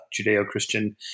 Judeo-Christian